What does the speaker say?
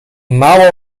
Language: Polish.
mało